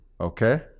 okay